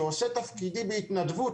שעושה תפקידי בהתנדבות,